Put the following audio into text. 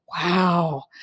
Wow